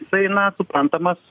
jisai na suprantamas